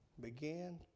began